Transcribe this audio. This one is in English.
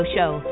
Show